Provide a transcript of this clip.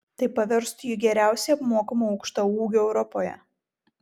tai paverstų jį geriausiai apmokamu aukštaūgiu europoje